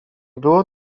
było